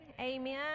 Amen